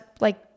like-